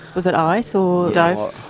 was that ice or dope?